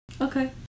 okay